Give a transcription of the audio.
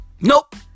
Nope